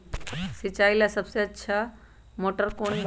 सिंचाई ला सबसे अच्छा मोटर कौन बा?